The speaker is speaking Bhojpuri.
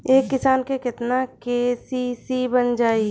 एक किसान के केतना के.सी.सी बन जाइ?